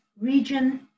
region